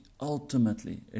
ultimately